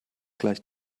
gleich